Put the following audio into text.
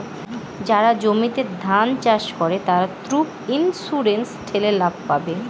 যারা জমিতে ধান চাষ করে, তারা ক্রপ ইন্সুরেন্স ঠেলে লাভ পাবে